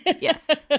Yes